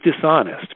dishonest